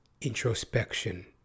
introspection